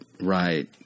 right